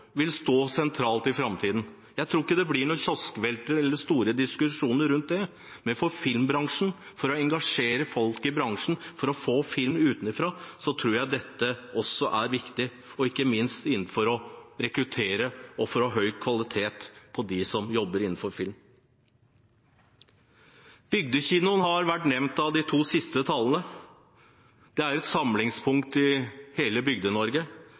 vil stå sentralt i framtiden. Jeg tror ikke det blir noen kioskvelter eller store diskusjoner rundt det, men for filmbransjen – for å engasjere folk i bransjen, for å få film utenfra – tror jeg dette også er viktig, ikke minst for å rekruttere og å ha høy kvalitet på dem som jobber innenfor film. Bygdekinoen har vært nevnt av de to siste talerne. Det er et samlingspunkt i hele